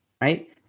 right